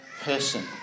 person